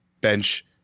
Bench